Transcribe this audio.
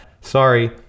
Sorry